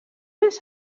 més